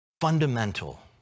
fundamental